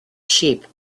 sheep